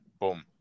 boom